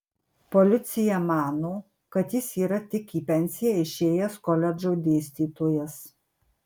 policija mano kad jis yra tik į pensiją išėjęs koledžo dėstytojas